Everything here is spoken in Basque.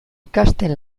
ikasten